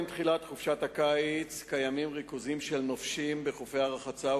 עם תחילת חופשת הקיץ קיימים ריכוזים של נופשים בחופי הרחצה,